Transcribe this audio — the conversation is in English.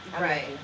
right